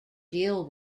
deal